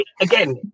again